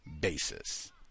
basis